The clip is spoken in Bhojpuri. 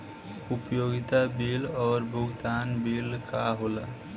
उपयोगिता बिल और भुगतान बिल का होला?